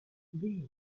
these